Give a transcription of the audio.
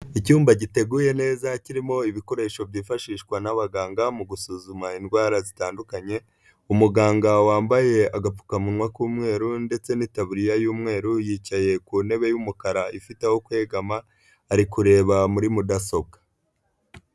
Icyumba giteguye neza kirimo ibikoresho byifashishwa n'abaganga mu gusuzuma indwara zitandukanye, umuganga wambaye agapfukamunwa k'umweru ndetse n'itaburiya y'umweru yicaye ku ntebe y'umukara ifite aho kwegama ari kureba muri mudasobwa.